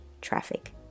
traffic